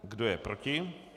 Kdo je proti?